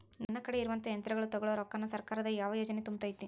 ನನ್ ಕಡೆ ಇರುವಂಥಾ ಯಂತ್ರಗಳ ತೊಗೊಳು ರೊಕ್ಕಾನ್ ಸರ್ಕಾರದ ಯಾವ ಯೋಜನೆ ತುಂಬತೈತಿ?